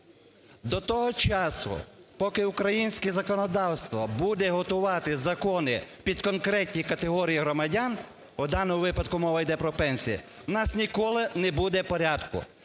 До того часу поки українське законодавство буде готувати закони під конкретні категорії громадян, в даному випадку мова йде про пенсії, у нас ніколи не буде порядку.